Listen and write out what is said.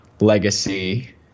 legacy